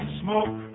smoke